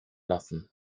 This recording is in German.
lassen